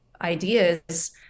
ideas